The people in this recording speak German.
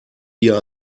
hier